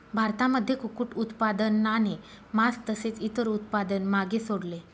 भारतामध्ये कुक्कुट उत्पादनाने मास तसेच इतर उत्पादन मागे सोडले